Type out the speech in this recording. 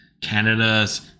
canada's